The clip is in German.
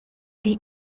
die